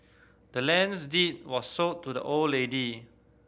the land's deed was sold to the old lady